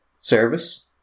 service